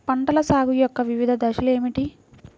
పంటల సాగు యొక్క వివిధ దశలు ఏమిటి?